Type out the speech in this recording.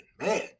man